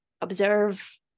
observe